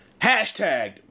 hashtag